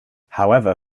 however